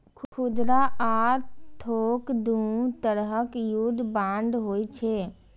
खुदरा आ थोक दू तरहक युद्ध बांड होइ छै